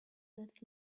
that